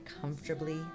comfortably